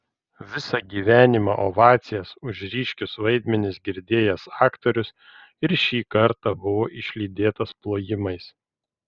visą gyvenimą ovacijas už ryškius vaidmenis girdėjęs aktorius ir šį kartą buvo išlydėtas plojimais